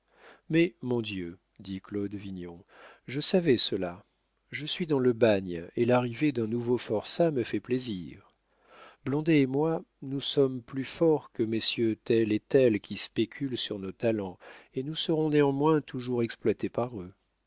mais mon dieu dit claude vignon je savais cela je suis dans le bagne et l'arrivée d'un nouveau forçat me fait plaisir blondet et moi nous sommes plus forts que messieurs tels et tels qui spéculent sur nos talents et nous serons néanmoins toujours exploités par eux